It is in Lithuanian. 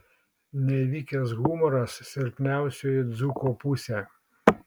nevykęs humoras silpniausioji dzūko pusė